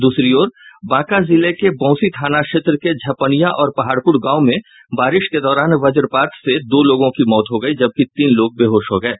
दूसरी ओर बांका जिले के बौंसी थाना क्षेत्र के झपनियां और पहाड़पुर गांव में बारिश के दौरान वजपात से दो लोगों की मौत हो गयी जबकि तीन लोग बेहोश हो गये